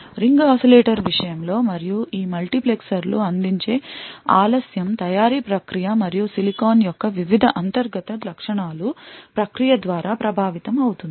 ring oscillator విషయంలో మరియు ఈ మల్టీప్లెక్సర్లు అందించే ఆలస్యం తయారీ ప్రక్రియలు మరియు సిలికాన్ యొక్క వివిధ అంతర్గత లక్షణాలు ప్రక్రియ ద్వారా ప్రభావితమవుతుంది